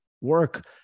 work